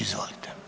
Izvolite.